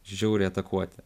žiauriai atakuoti